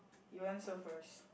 you answer first